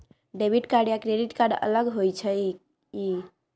Debit card या credit card अलग होईछ ई?